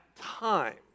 time